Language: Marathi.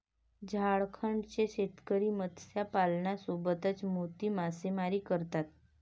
झारखंडचे शेतकरी मत्स्यपालनासोबतच मोती मासेमारी करतात